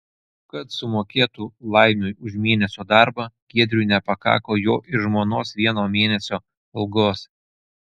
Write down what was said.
kad sumokėtų laimiui už mėnesio darbą giedriui nepakako jo ir žmonos vieno mėnesio algos